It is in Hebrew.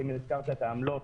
אם הזכרת את העמלות,